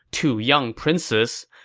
two young princes,